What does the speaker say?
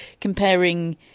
comparing